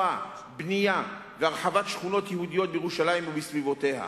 בנייה והרחבה של שכונות יהודיות בירושלים ובסביבותיה,